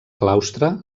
claustre